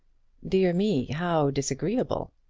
dear me how disagreeable!